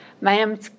ma'am